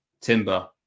Timber